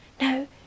no